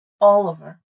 Oliver